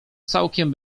całkiem